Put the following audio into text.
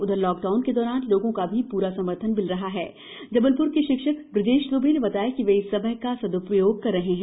उधरलॉकडाउन के दौरान लोगों का भी पूरा समर्थन मिल रहा ह जबलप्र के शिक्षक ब्रजेश द्वे ने बताया कि वे इस समय का सदुपयोग कर रहे हैं